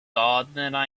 gardener